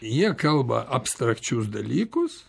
jie kalba abstrakčius dalykus